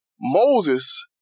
Moses